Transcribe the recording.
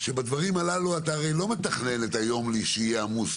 שבדברים הללו אתה הרי לא מתכנן את היום שיהיה עמוס.